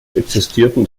existierten